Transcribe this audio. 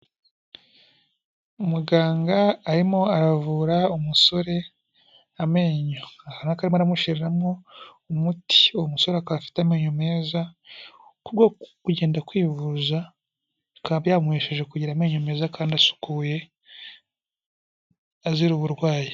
Muganga arimo aravura umusore amenyo. Aha akaba arimo aramushyiriramo umuti. Uwo musore akaba afite amenyo meza. K'ubwo kugenda kwivuza bikaba byamuhesheje kugira amenyo meza kandi asukuye azira uburwayi.